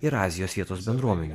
ir azijos vietos bendruomenių